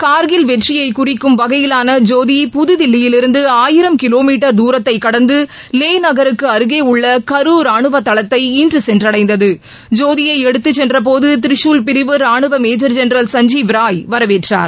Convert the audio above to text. கார்கில் வெற்றியைக் குறிக்கும் வகையிலான ஜோதி புதுதில்லியிலிருந்து ஆயிரம் கிலோ மீட்டர் தூரத்தைக் கடந்து லே நகருக்கு அருகே உள்ள கரு ரானுவத் தளத்தை இன்று சென்றடைந்தது ஜோதியை எடுத்துச் சென்ற போது திரிசூல் பிரிவு ரானுவ மேஜர் ஜென்ரல் சஞ்சீவ் ராய் வரவேற்றார்